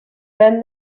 then